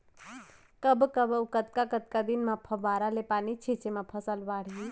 कब कब अऊ कतका कतका दिन म फव्वारा ले पानी छिंचे म फसल बाड़ही?